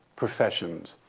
professions,